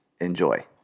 Enjoy